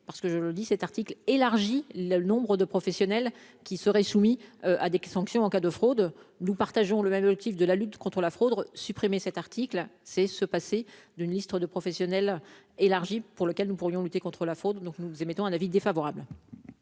parce que je le dit cet article élargit le nombre de professionnels qui seraient soumis à des sanctions en cas de fraude, nous partageons le même motif de la lutte contre la fraude supprimer cet article c'est se passer d'une liste de professionnels élargie, pour lequel nous pourrions lutter contre la fraude, donc nous émettons un avis défavorable.